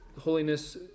Holiness